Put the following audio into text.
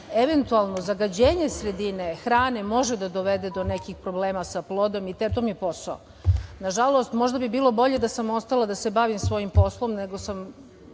eventualno zagađenje sredine, hrane može da dovede do nekih problema sa plodom. To mi je posao. Nažalost, možda bi bilo bolje da sam ostala da se bavim svojim poslom, nego sam